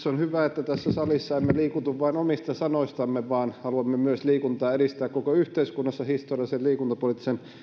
on hyvä että tässä salissa emme liikutu vain omista sanoistamme vaan haluamme myös liikuntaa edistää koko yhteiskunnassa historiallisen liikuntapoliittisen